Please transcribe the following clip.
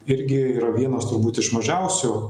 irgi yra vienas turbūt iš mažiausių